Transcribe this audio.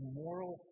moral